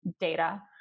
data